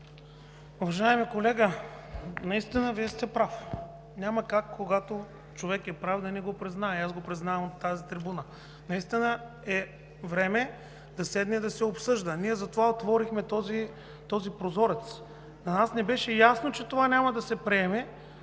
Уважаеми колега, Вие сте прав. Няма как, когато човек е прав, да не го призная, и аз го признавам от тази трибуна. Наистина е време да се обсъжда и ние затова отворихме този прозорец. На нас ни беше ясно, че това няма да се приеме.